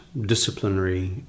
disciplinary